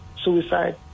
suicide